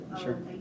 Sure